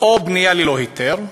או בנייה ללא היתר,